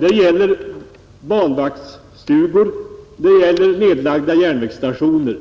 Det gäller banvaktsstugor och nedlagda järnvägsstationer